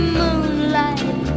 moonlight